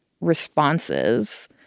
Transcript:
responses